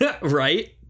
right